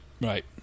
Right